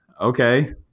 Okay